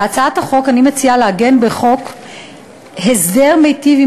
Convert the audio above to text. בהצעת החוק אני מציעה לעגן בחוק הסדר מיטיב עם